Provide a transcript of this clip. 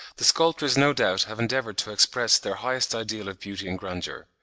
the sculptors no doubt have endeavoured to express their highest ideal of beauty and grandeur.